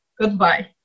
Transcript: goodbye